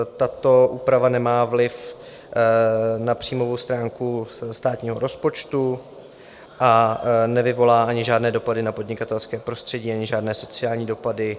Tato úprava nemá vliv na příjmovou stránku státního rozpočtu a nevyvolá ani žádné dopady na podnikatelské prostředí ani žádné sociální dopady.